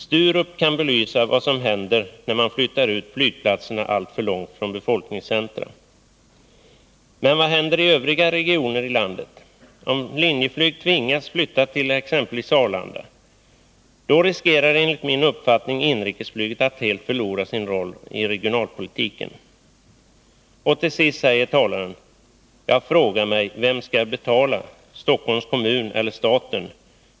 Sturup kan belysa vad som händer när man flyttar ut flygplatserna alltför långt från befolkningscentra. Men vad händer i övriga regioner i landet, om Linjeflyg tvingas flytta till exempelvis Arlanda? Då riskerar enligt min uppfattning inrikesflyget att helt förlora sin roll i regionalpolitiken.” Till sist säger talaren: ”Jag frågar mig: Vem skall betala — Stockholms kommun eller staten?